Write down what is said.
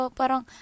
parang